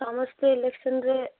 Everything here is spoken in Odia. ସମସ୍ତେ ଇଲେକ୍ସନରେ